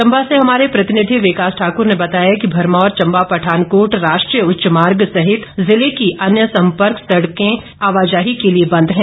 चंबा से हमारे प्रतिनिधि विकास ठाकुर ने बताया कि भरमौर चंबा पठानकोट राष्ट्रीय उच्च मार्ग सहित जिले की अन्य संपर्क सड़कों पर वाहनों की आवाजाही बंद है